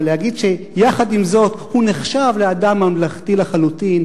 אבל להגיד שיחד עם זאת הוא נחשב לאדם ממלכתי לחלוטין?